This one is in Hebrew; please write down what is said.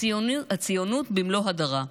הציונות במלוא הדרה,